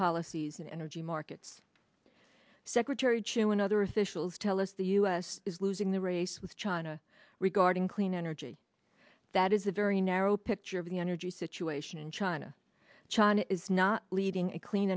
policies in energy markets secretary chu and other officials tell us the u s is losing the race with china regarding clean energy that is a very narrow picture of the energy situation in china china is not leading a clean